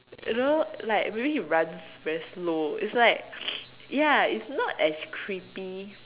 you know like maybe he runs very slow it's like ya it's not as creepy